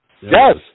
Yes